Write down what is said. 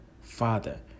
Father